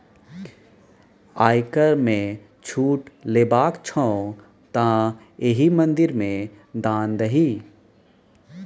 आयकर मे छूट लेबाक छौ तँ एहि मंदिर मे दान दही